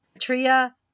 Tria